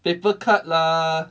paper cut lah